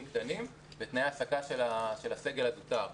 קטנים בתנאי ההעסקה של הסגל הזוטר.